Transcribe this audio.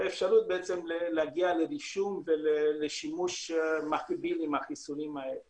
אפשרות להגיע לרישום ולשימוש מקביל בחיסונים האלה.